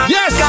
Yes